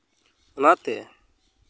ᱚᱱᱟᱛᱮ